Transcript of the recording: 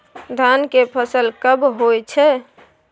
धान के फसल कब होय छै?